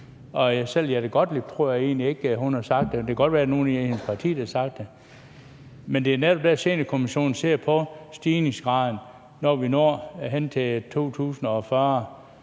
fru Jette Gottlieb tror jeg egentlig har sagt det. Det kan godt være, at der er nogen i hendes parti, der har sagt det. Men det er netop der, seniorkommissionen ser på stigningsgraden, når vi når hen til 2040.